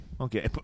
Okay